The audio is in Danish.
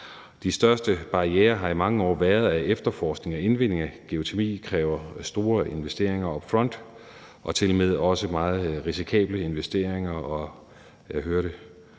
De største barrierer har i mange år været, at efterforskningen og indvindingen af geotermi kræver store investeringer up front og tilmed også meget risikable investeringer. Jeg hørte den